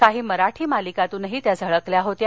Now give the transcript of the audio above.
काही मराठी मालिकातूनही त्या झळकल्या होत्या